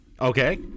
Okay